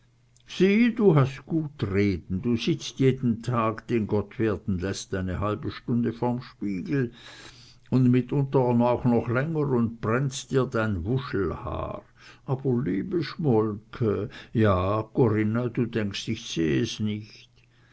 du hast gut reden du sitzt jeden tag den gott werden läßt eine halbe stunde vorm spiegel und mitunter auch noch länger und brennst dir dein wuschelhaar aber liebe schmolke ja corinna du denkst ich seh es nicht